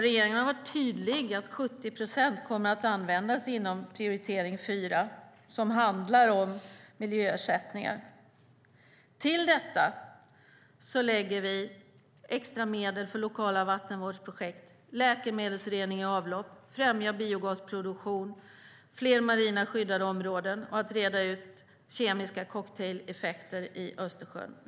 Regeringen har varit tydlig med att 70 procent kommer att användas inom prioritering 4 som handlar om miljöersättningar. Till detta lägger vi extra medel på lokala vattenvårdsprojekt, läkemedelsrening av avlopp, främjande av biogasproduktion, fler marina skyddade områden och på att reda ut kemiska cocktaileffekter i Östersjön.